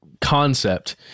concept